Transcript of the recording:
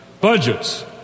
budgets